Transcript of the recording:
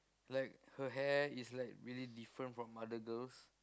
like her hair is like really different from other girls